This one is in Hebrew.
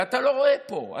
ואתה לא רואה פה את זה,